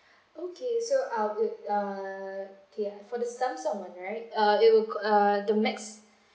okay so uh it uh okay for the Samsung one right uh it will co~ uh the max